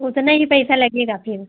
उतने ही पैसा लगेगा फिर